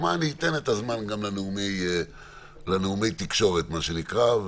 אני אתן את הזמן גם לנאומי תקשורת מה שנקרא,